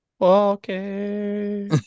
okay